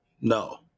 No